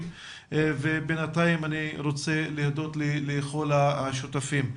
ובינתיים אני רוצה להודות לכל השותפים.